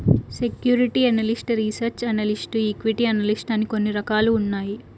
security analyst research analyst equity analyst అని కొన్ని రకాలు ఉన్నాయి